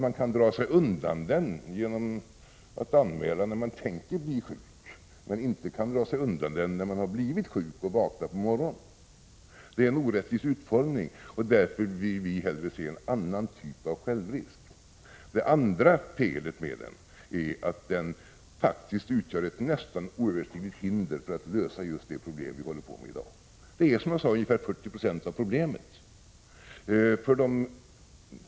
Man kan dra sig undan den genom att anmäla när man tänker bli sjuk, men man kan inte dra sig undan den när man vaknar på morgonen och redan har blivit sjuk. Det är en orättvis utformning. Vi vill därför hellre se en annan typ av självrisk. Det andra felet med karensdagen är att den faktiskt utgör ett nästan oöverstigligt hinder när det gäller att lösa de problem vi håller på med i dag. Det är, som jag sade, ungefär 40 20 av problemet.